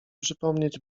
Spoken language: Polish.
przypomnieć